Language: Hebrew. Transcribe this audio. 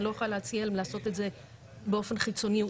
אני לא יכולה להציע להם לעשות את זה באופן חיצוני או